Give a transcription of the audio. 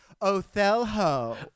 Othello